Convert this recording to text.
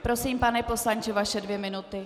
Prosím, pane poslanče, vaše dvě minuty.